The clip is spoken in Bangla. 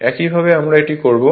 একইভাবে আমরা এটি করব